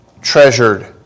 treasured